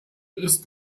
ist